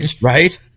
right